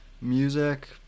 music